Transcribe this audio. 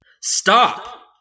Stop